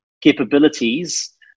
capabilities